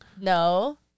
No